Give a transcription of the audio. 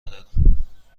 ندارم